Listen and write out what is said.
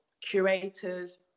curators